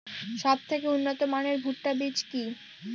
সবথেকে উন্নত মানের ভুট্টা বীজ কি?